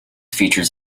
features